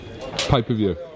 Pay-per-view